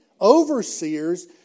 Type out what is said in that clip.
overseers